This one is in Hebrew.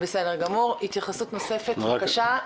בסדר גמור, התייחסות נוספת בבקשה.